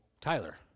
Tyler